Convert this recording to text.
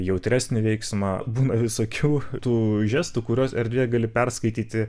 jautresnį veiksmą būna visokių tų žestų kuriuos erdvėj gali perskaityti